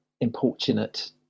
importunate